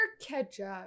ketchup